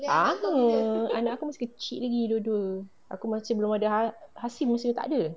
lama anak aku masih kecil lagi dua-dua aku masih belum ada hasif masih tak ada